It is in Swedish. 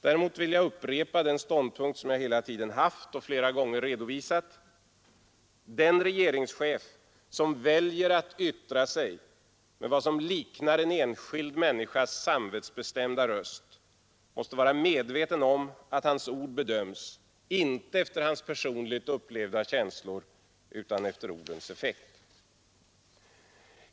Däremot vill jag upprepa den ståndpunkt jag hela tiden haft och flera gånger redovisat: den regeringschef som väljer att yttra sig med vad som liknar en enskild människas samvetsbestämda röst måste vara medveten om att hans ord bedöms inte efter hans personligt upplevda känslor utan efter ordens effekt.